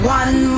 one